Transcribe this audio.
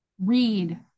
Read